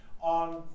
on